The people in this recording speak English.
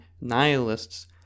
nihilists